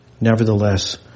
nevertheless